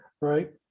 right